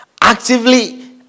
actively